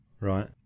Right